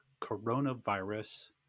Coronavirus